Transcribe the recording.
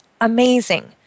amazing